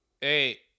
hey